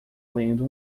lendo